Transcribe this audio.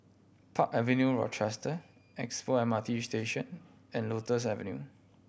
Park Avenue Rochester Expo M R T Station and Lotus Avenue